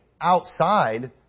outside